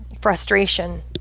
frustration